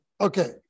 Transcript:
Okay